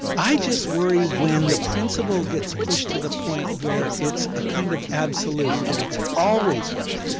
i just worry when the principle gets pushed to the point where it's a kind of absolute, that it's always right,